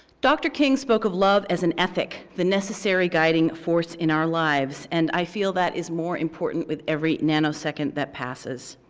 dr. king spoke of love as an ethic. that necessary guiding force in our lives. and i feel that is more important with every nanosecond that passes.